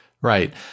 right